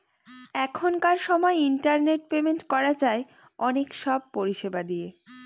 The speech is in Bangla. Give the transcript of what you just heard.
এখনকার সময় ইন্টারনেট পেমেন্ট করা যায় অনেক সব পরিষেবা দিয়ে